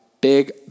big